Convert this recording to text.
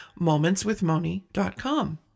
momentswithmoni.com